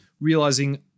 realizing